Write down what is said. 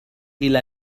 إلى